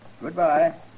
goodbye